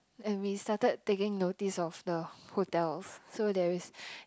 and we started taking notice of the hotels so there is